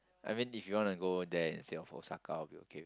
I mean if you wanna go there instead of Osaka I'll be okay